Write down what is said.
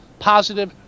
positive